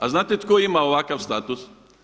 A znate tko ima ovakav status?